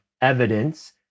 evidence